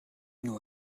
nur